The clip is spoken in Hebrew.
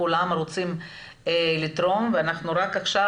כולם רוצים לתרום ואנחנו רק עכשיו